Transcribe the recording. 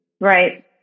right